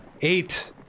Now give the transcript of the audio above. Eight